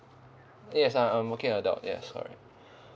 yes uh I'm working adult yes correct